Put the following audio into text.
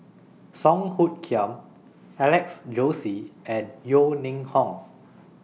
Song Hoot Kiam Alex Josey and Yeo Ning Hong